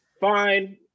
Fine